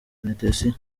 penetensiya